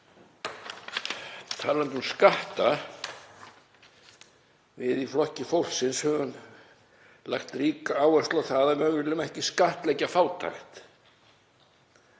Talandi um skatta, við í Flokki fólksins höfum lagt ríka áherslu á það að við viljum ekki skattleggja fátækt.